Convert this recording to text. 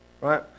right